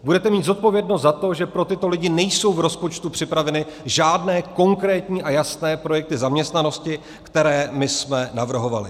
Budete mít zodpovědnost za to, že pro tyto lidi nejsou v rozpočtu připraveny žádné konkrétní a jasné projekty zaměstnanosti, které jsme navrhovali.